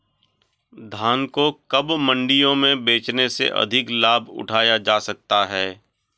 धान को कब मंडियों में बेचने से अधिक लाभ उठाया जा सकता है?